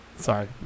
Sorry